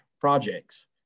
projects